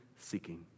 seeking